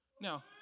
Now